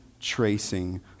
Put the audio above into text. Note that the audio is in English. tracing